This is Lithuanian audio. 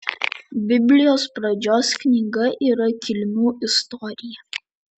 biblijos pradžios knyga yra kilmių istorija